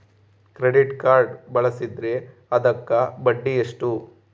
Credit card ಬಳಸಿದ್ರೇ ಅದಕ್ಕ ಬಡ್ಡಿ ಎಷ್ಟು?